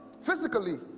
Physically